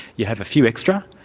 you have a few extra,